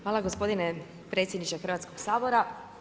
Hvala gospodine predsjedniče Hrvatskoga Sabora.